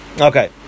Okay